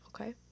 okay